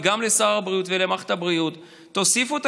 וגם לשר הבריאות ולמערכת הבריאות: תוסיפו את